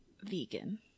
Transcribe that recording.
vegan